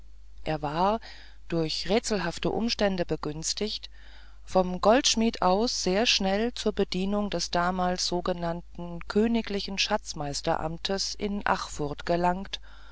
er war durch rätselhafte umstände begünstigt vom goldschmied aus sehr schnelle zur bedienung des damals sogenannten königlichen schatzmeisteramtes in achfurth gelangt